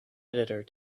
editor